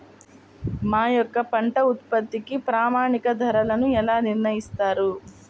మా యొక్క పంట ఉత్పత్తికి ప్రామాణిక ధరలను ఎలా నిర్ణయిస్తారు?